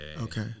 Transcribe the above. Okay